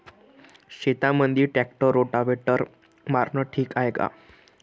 शेतामंदी tractor rotavator मारनं ठीक हाये का?